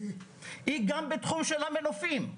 היא גם במנופים.